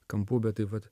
kampu bet tai vat